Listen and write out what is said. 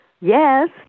Yes